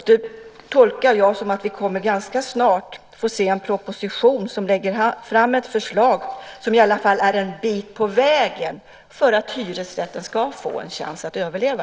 Det tolkar jag som att vi ganska snart kommer att få se en proposition där regeringen lägger fram ett förslag som i alla fall är en bit på vägen för att hyresrätten ska få en chans att överleva.